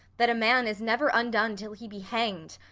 that a man is never undone till he be hang'd,